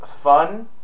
Fun